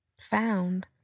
found